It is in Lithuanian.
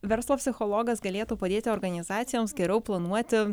verslo psichologas galėtų padėti organizacijoms geriau planuoti